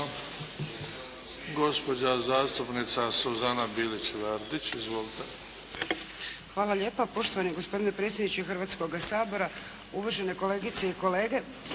Gospođa zastupnica Suzana Bilić Vardić. Izvolite. **Bilić Vardić, Suzana (HDZ)** Hvala lijepa. Poštovani gospodine predsjedniče Hrvatskoga sabora, uvažene kolegice i kolege.